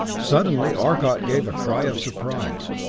suddenly arcot gave a cry of surprise.